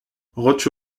rocco